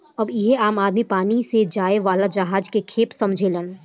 अबहियो आम आदमी पानी से जाए वाला जहाज के खेप समझेलेन